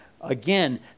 Again